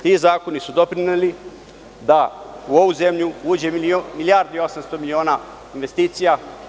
Ti zakoni su doprineli da u ovu zemlju uđe milijardu i 800 miliona investicija.